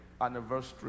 anniversary